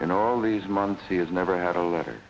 in all these months he has never had a letter